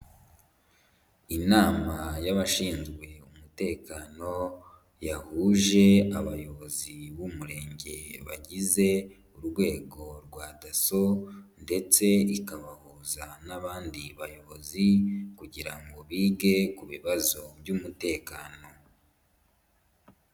Inama y'abashinzwe umutekano, yahuje abayobozi b'umurenge bagize urwego rwa daso ndetse ikabahuza n'abandi bayobozi kugira ngo bige ku bibazo by'umutekano.